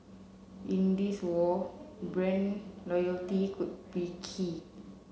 in this war brand loyalty could be key